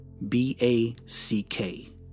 B-A-C-K